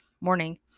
morning